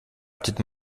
update